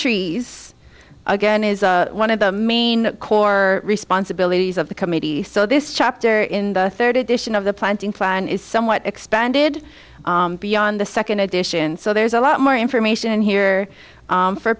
trees again is one of the main core responsibilities of the committee so this chapter in the third edition of the planting plan is somewhat expanded beyond the second edition so there's a lot more information here